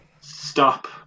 stop